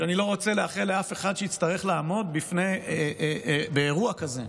שאני לא רוצה לאחל לאף אחד שיצטרך לעמוד באירוע כזה,